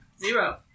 Zero